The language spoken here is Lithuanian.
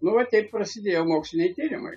nu va taip prasidėjo moksliniai tyrimai